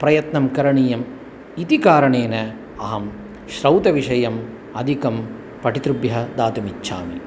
प्रयत्नं करणीयम् इति कारणेन अहं श्रौतविषयम् अधिकं पठित्रुभ्यः दातुमिच्छामि